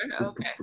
okay